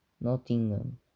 Nottingham